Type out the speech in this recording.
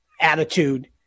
attitude